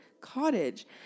cottage